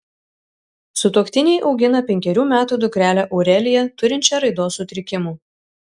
sutuoktiniai augina penkerių metų dukrelę aureliją turinčią raidos sutrikimų